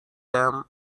them